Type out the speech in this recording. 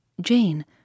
Jane